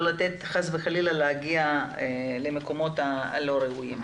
לתת חס וחלילה שיגיעו למקומות הלא ראויים.